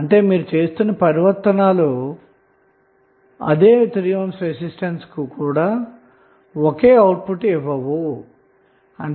అంటే మీరు చేసిన ట్రాన్సఫార్మషన్ వలన 3 ohm రెసిస్టెన్స్వద్ద ట్రాన్సఫార్మషన్ కు ముందు మరియు ట్రాన్సఫార్మషన్ తరువాత లభించిన అవుట్పుట్ లు ఒకేలా ఉండవన్నమాట